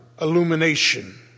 illumination